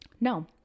no